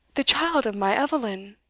the child of my eveline!